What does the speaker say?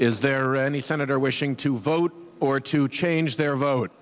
is there any senator wishing to vote or to change their vote